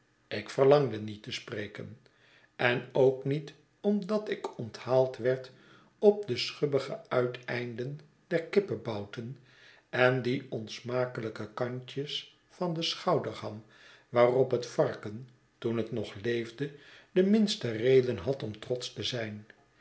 ik verlangde niet te spreken en ook niet omdat ik onthaald werd op de schubbige uiteinden der kippebouten en die onsmakelijke kantjes van den schouderham waarop het varken toen het nog leefde de minste reden had om trotsch te zijn